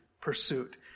pursuit